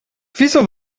wieso